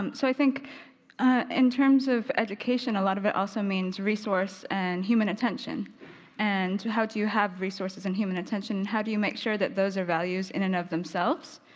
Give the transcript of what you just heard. um so i think in terms of education a lot of it also means resource and human attention and how do you have resources and human attention? and how do you make sure that those are values in and of themselves?